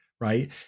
Right